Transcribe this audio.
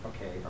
Okay